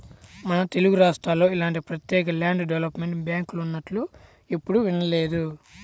మన తెలుగురాష్ట్రాల్లో ఇలాంటి ప్రత్యేక ల్యాండ్ డెవలప్మెంట్ బ్యాంకులున్నట్లు ఎప్పుడూ వినలేదు